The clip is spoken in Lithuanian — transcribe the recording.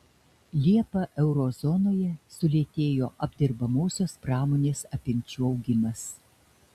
liepą euro zonoje sulėtėjo apdirbamosios pramonės apimčių augimas